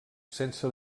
sense